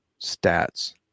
stats